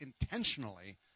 intentionally